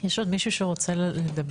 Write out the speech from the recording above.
יש עוד מישהו שרוצה לדבר?